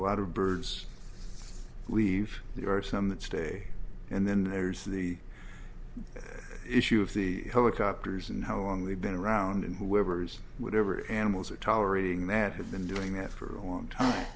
lot of birds leave there are some that stay and then there's the issue of the helicopters and how long they've been around and whoever's whatever animals or tolerating that have been doing after a long time